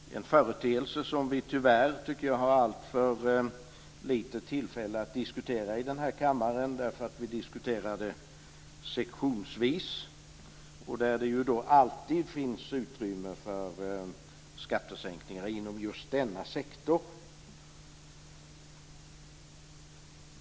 Det är en företeelse som jag tycker att vi tyvärr har alltför lite tillfälle att diskutera i den här kammaren, därför att vi diskuterar sektionsvis. Då finns det alltid utrymme för skattesänkningar inom just den aktuella sektorn.